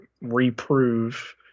reprove